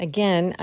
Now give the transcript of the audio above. Again